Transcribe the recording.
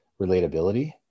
relatability